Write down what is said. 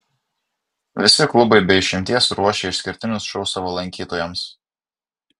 visi klubai be išimties ruošia išskirtinius šou savo lankytojams